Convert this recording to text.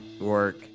work